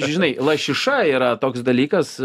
žinai lašiša yra toks dalykas